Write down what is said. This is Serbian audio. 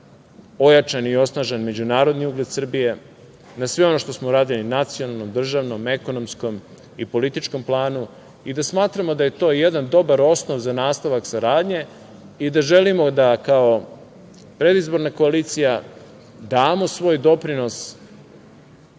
ojačan i osnažen međunarodni ugled Srbije, na sve ono što smo radili na nacionalnom, državnom, ekonomskom i političkom planu, i da smatramo da je to jedan dobar osnov za nastavak saradnje i da želimo da kao predizborna koalicija damo svoj doprinos